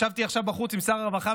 ישבתי עכשיו בחוץ עם שר הרווחה,